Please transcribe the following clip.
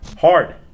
Hard